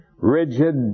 rigid